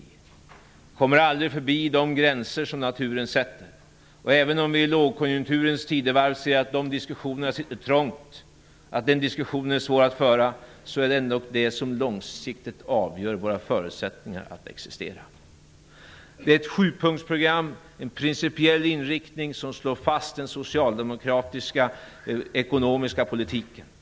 Vi kommer aldrig förbi de gränser som naturen sätter. I lågkonjunkturens tidevarv är den diskussionen svår att föra, men detta avgör nog långsiktigt våra förutsättningar för att existera. Detta är ett sjupunktsprogram, en principiell inriktning, som slår fast den socialdemokratiska ekonomiska politiken.